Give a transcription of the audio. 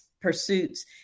pursuits